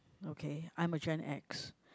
okay I'm a gen X